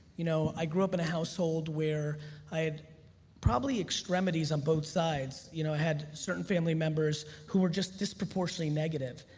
you know i grew up in a household where i had probably extremities on both sides. you know i had certain family members who were just disproportionately negative.